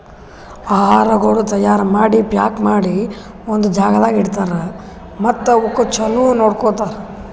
ಆಹಾರಗೊಳ್ ತೈಯಾರ್ ಮಾಡಿ, ಪ್ಯಾಕ್ ಮಾಡಿ ಒಂದ್ ಜಾಗದಾಗ್ ಇಡ್ತಾರ್ ಮತ್ತ ಅವುಕ್ ಚಲೋ ನೋಡ್ಕೋತಾರ್